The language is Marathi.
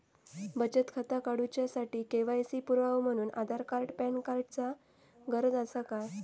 बचत खाता काडुच्या साठी के.वाय.सी पुरावो म्हणून आधार आणि पॅन कार्ड चा गरज आसा काय?